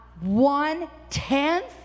One-tenth